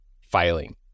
filing